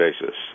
basis